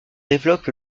développe